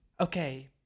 okay